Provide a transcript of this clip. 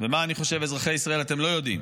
ומה אני חושב, אזרחי ישראל, שאתם לא יודעים,